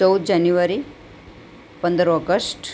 ચૌદ જાન્યુઆરી પંદર ઑગસ્ટ